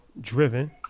driven